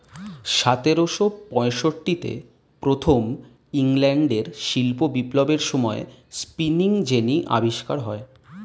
সতেরোশো পঁয়ষট্টিতে প্রথম ইংল্যান্ডের শিল্প বিপ্লবের সময়ে স্পিনিং জেনি আবিষ্কার হয়